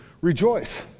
rejoice